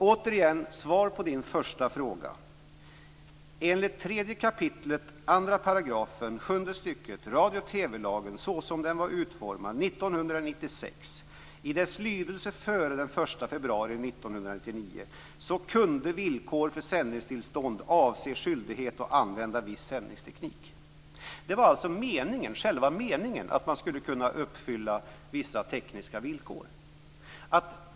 Återigen är svaret på din första fråga: Enligt 3 kap. 2 § sjunde stycket i radio och TV-lagen såsom den var utformad 1996 i dess lydelse före den 1 februari 1999, kunde villkor för sändningstillstånd avse skyldighet att använda viss sändningsteknik. Det var meningen att man skulle kunna uppfylla vissa tekniska villkor.